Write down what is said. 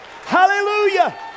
hallelujah